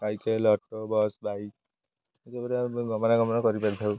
cycle auto bus bike ଏସବୁରେ ଆମେ ଗମନାଗମନ କରିପାରିଥାଉ